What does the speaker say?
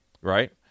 right